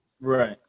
Right